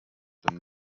the